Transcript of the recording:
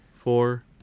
Four